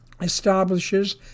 establishes